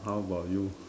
how about you